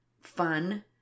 fun